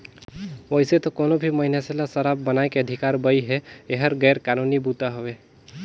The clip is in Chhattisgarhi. वइसे तो कोनो भी मइनसे ल सराब बनाए के अधिकार बइ हे, एहर गैर कानूनी बूता हवे